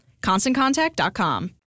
ConstantContact.com